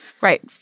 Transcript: right